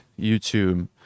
YouTube